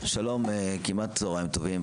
שלום, כמעט צהריים טובים.